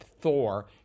Thor